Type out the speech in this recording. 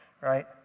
right